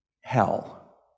Hell